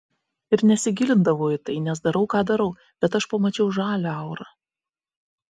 ir nesigilindavau į tai nes darau ką darau bet aš pamačiau žalią aurą